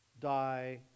die